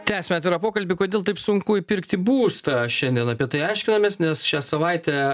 tęsiame pokalbį kodėl taip sunku įpirkti būstą šiandien apie tai aiškinamės nes šią savaitę